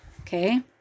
Okay